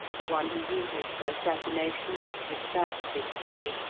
the one he uses for assassination or to despatch his prey,